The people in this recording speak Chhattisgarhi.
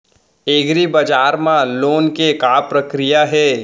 एग्रीबजार मा लोन के का प्रक्रिया हे?